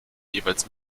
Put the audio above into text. jeweils